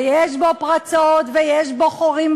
ויש בו פרצות ויש בו חורים,